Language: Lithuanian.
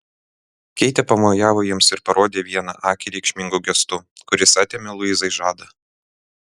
keitė pamojavo jiems ir parodė vieną akį reikšmingu gestu kuris atėmė luizai žadą